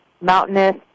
mountainous